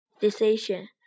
decision